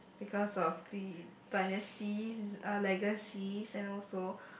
because of the dynasties uh legacies and also